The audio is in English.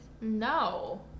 No